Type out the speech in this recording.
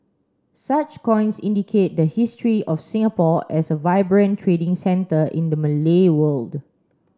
such coins indicate the history of Singapore as a vibrant trading centre in the Malay world